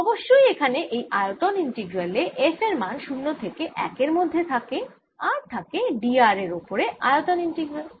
অবশ্যই এখানে এই আয়তন ইন্টিগ্রালে f এর মান 0 থেকে 1 এর মধ্যে থাকে আর থাকে d r এর ওপরে আয়তন ইন্টিগ্রাল